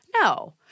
No